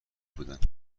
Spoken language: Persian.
بودند